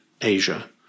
Asia